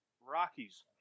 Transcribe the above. Rockies